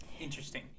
Interesting